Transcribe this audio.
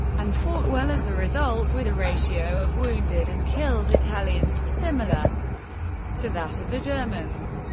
and fought well as a result, with a ratio of wounded and killed italians similar to that of the germans.